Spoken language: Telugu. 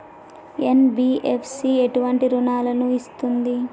ఎన్.బి.ఎఫ్.సి ఎటువంటి రుణాలను ఇస్తుంది?